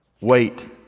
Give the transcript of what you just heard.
Wait